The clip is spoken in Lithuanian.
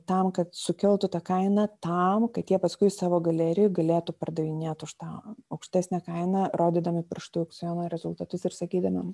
tam kad sukeltų tą kainą tam kad jie paskui savo galerijoj galėtų pardavinėt už tą aukštesnę kainą rodydami pirštu aukciono rezultatus ir sakydami